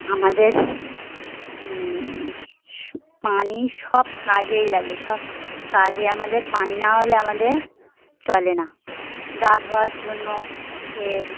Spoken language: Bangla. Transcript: আমাদের পানি সব কাজেই লাগে সব কাজে আমাদের পানি না হলে আমাদের চলে না গা ধোয়ার জন্য ফের